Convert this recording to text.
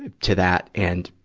to that. and,